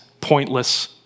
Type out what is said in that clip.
pointless